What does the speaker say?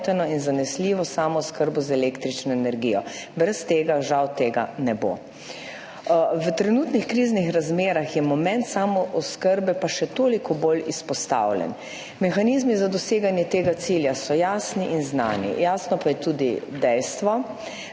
in zanesljivo samooskrbo z električno energijo. Brez tega žal tega ne bo. V trenutnih kriznih razmerah je moment samooskrbe pa še toliko bolj izpostavljen. Mehanizmi za doseganje tega cilja so jasni in znani, jasno pa je tudi dejstvo,